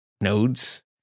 nodes